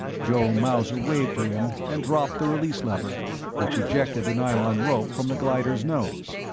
joe mauser waved to him and dropped the release lever which ejected the nylon rope from the glider's nose.